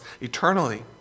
eternally